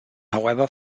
however